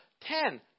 ten